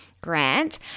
grant